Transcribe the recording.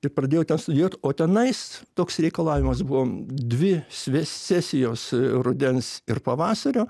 ir pradėjau ten studijuot o tenais toks reikalavimas buvo dvi sesijos rudens ir pavasario